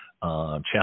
challenge